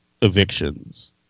evictions